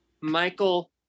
Michael